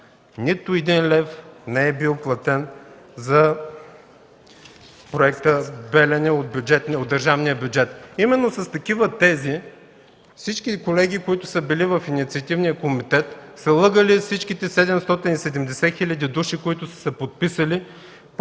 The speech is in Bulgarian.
„Нито 1 лев не е бил платен за проекта „Белене” от държавния бюджет” – именно с такива тези всички колеги, които са били в инициативния комитет, са лъгали всичките 770 хиляди души, които са се подписали под подписката